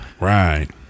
Right